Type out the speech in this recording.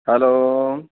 hello